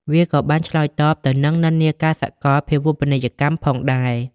វាក៏បានឆ្លើយតបទៅនឹងនិន្នាការសកលភាវូបនីយកម្មផងដែរ។